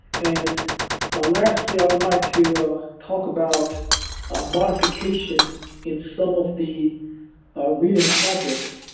and ah lastly, i would like to talk about ah modification in some of the reading projects.